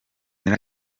gen